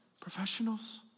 Professionals